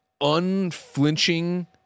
unflinching